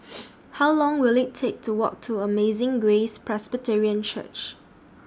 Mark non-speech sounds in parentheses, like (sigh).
(noise) How Long Will IT Take to Walk to Amazing Grace Presbyterian Church